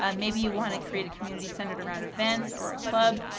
um maybe you want to create a community centered around events or a club.